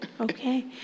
Okay